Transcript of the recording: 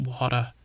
water